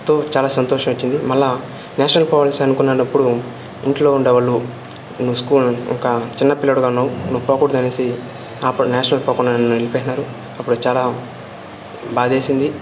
తో చాలా సంతోషం వచ్చింది మళ్ళీ నేషనల్ పోవలసి అనుకునేటప్పుడు ఇంట్లో ఉండేవాళ్ళు ఒక చిన్నపిల్లాడుగా ఉన్నావు నువ్వు పోకూడదు అనేసి ఆప నేషనల్కి పోకుండా నన్ను నిలిపే అప్పుడు చాలా భాదేసింది